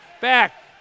Back